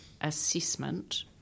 assessment